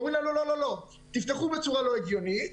אומרים לנו לפתוח בצורה שאינה הגיונית,